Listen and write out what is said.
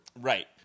Right